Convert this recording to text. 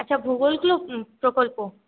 আচ্ছা ভুগোল প্রকল্প